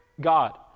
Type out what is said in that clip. God